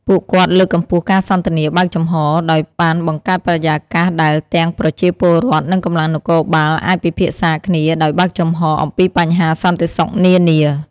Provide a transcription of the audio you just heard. ពួកគាត់លើកកម្ពស់ការសន្ទនាបើកចំហរ ដោយបានបង្កើតបរិយាកាសដែលទាំងប្រជាពលរដ្ឋ និងកម្លាំងនគរបាលអាចពិភាក្សាគ្នាដោយបើកចំហរអំពីបញ្ហាសន្តិសុខនានា។